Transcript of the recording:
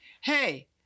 Hey